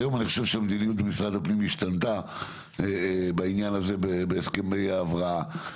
היום אני חושב שהמדיניות במשרד הפנים השתנתה בעניין הזה בהסכמי הבראה.